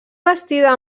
bastida